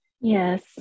Yes